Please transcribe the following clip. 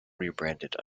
rebranded